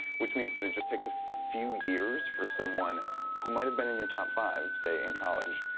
which means that it just takes a few years for someone who might've been in your top five, say, in college,